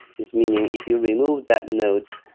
this meaning, if you remove that node,